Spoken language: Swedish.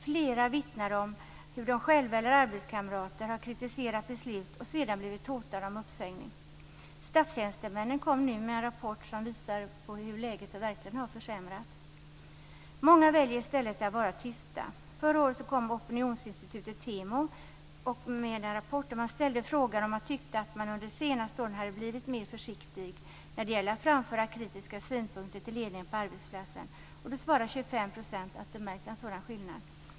Flera vittnar om hur de själva eller arbetskamrater har kritiserat beslut och sedan blivit hotade med uppsägning. Statstjänstemännen kom nu med en rapport som visade på hur läget verkligen har försämrats. Många väljer i stället att vara tysta. När opinionsinstitutet Temo förra året ställde frågan om man tyckte att man under de senaste åren blivit mer försiktig när det gäller att framföra kritiska synpunkter till ledningen på arbetsplatsen svarade 25 % att de märkt en sådan skillnad.